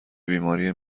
بیماری